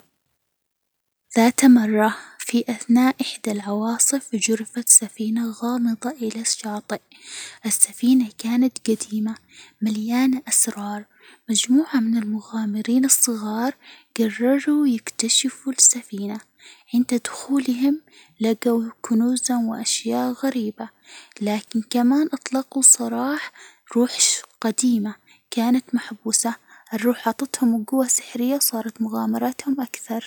ذات مرة في أثناء إحدى العواصف جرفَتْ سفينة غامضة إلى الشاطئ، السفينة كانت جديمة مليانة أسرار، مجموعة من المغامرين الصغار جرروا يكتشفوا السفينة، عند دخولهم لجوا كنوزًا، وأشياء غريبة، لكن كمان أطلقوا سراح روح ش جديمة كانت محبوسة، الروح عطتهم جوة سحرية وصارت مغامراتهم أكثر.